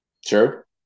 Sure